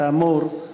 כאמור,